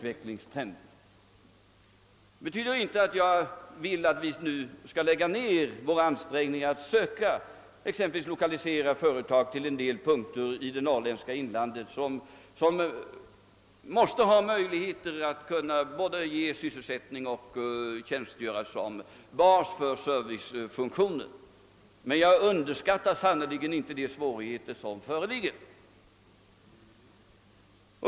Det betyder inte att jag vill att vi skall upphöra med våra ansträngningar att exempelvis söka lokalisera företag till en del punkter i det norrländska inlandet, som måste ha möjligheter att både ge sysselsättning och tjänstgöra som bas för servicefunktioner, men jag underskattar sannerligen inte de svårigheter som föreligger.